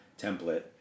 template